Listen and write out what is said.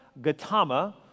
Gautama